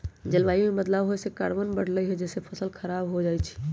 जलवायु में बदलाव होए से कार्बन बढ़लई जेसे फसल स खराब हो जाई छई